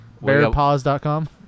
Bearpaws.com